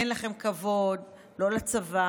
אין לכם כבוד לא לצבא,